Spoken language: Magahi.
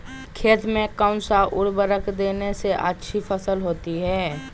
खेत में कौन सा उर्वरक देने से अच्छी फसल होती है?